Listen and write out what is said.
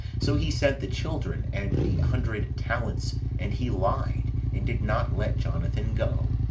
so he sent the children and the hundred talents and he lied, and did not let jonathan go.